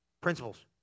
Principles